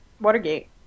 Watergate